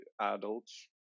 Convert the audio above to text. adults